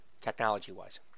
technology-wise